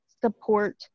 support